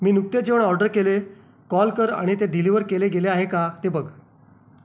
मी नुकते जेवण ऑर्डर केले कॉल कर आणि ते डिलिवर केले गेले आहे का ते बघ